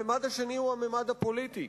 הממד השני הוא הממד הפוליטי.